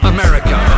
America